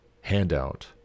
handout